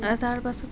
তাৰ পাছত